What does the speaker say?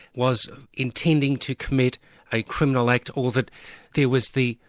was intending to commit a criminal act or that there was the,